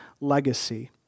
Legacy